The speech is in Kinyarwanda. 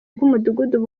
bw’umudugudu